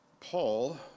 Paul